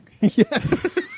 Yes